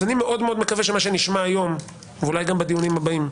אז אני מקווה מאוד שמה שנשמע היום ואולי גם בדיונים הבאים,